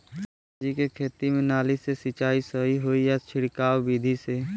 सब्जी के खेती में नाली से सिचाई सही होई या छिड़काव बिधि से?